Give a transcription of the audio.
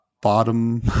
Bottom